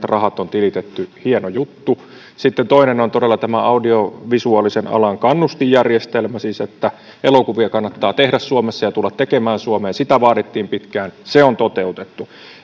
rahat on tilitetty hieno juttu sitten toinen on todella tämä audiovisuaalisen alan kannustinjärjestelmä siis se että elokuvia kannattaa tehdä suomessa ja tulla tekemään suomeen sitä vaadittiin pitkään se on toteutettu